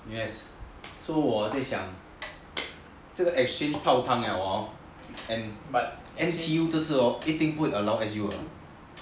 yes so 我在想这个 exchange 泡汤了 lor but N_T_U 这次 hor 一定不会 allow S_U 的